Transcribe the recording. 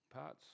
parts